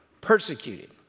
persecuted